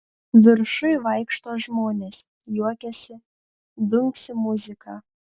viršuj vaikšto žmonės juokiasi dunksi muzika